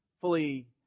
fully